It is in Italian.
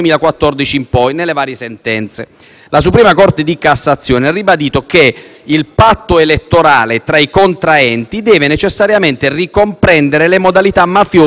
La Suprema corte di cassazione ha ribadito che il patto elettorale tra i contraenti «deve necessariamente ricomprendere le modalità mafiose con cui i voti vengono procurati,